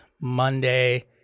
Monday